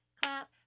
clap